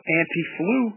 anti-flu